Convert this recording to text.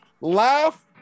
laugh